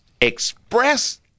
express